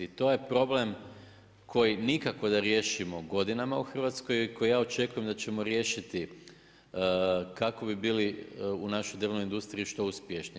To je problem koji nikako da riješimo godinama u Hrvatskoj, koji ja očekujem da ćemo riješiti kako bi bili u našoj drvnoj industriji što uspješniji.